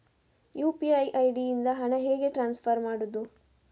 UPI ID ಇಂದ ಹಣ ಹೇಗೆ ಟ್ರಾನ್ಸ್ಫರ್ ಮಾಡುದು?